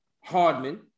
Hardman